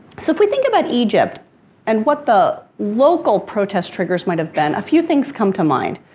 so, if we think about egypt and what the local protest triggers might have been, a few things come to mind.